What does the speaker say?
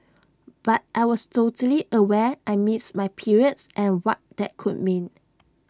but I was totally aware I missed my periods and what that could mean